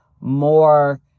more